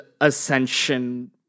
Ascension